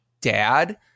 dad